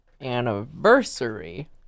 anniversary